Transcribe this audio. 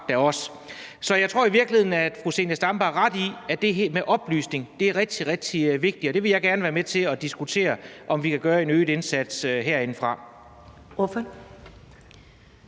Så jeg tror i virkeligheden, at fru Zenia Stampe har ret i, at det her med oplysning er rigtig, rigtig vigtigt, og jeg vil gerne være med til at diskutere, om vi kan gøre en øget indsats herindefra.